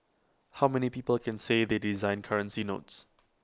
how many people can say they designed currency notes